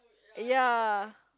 ya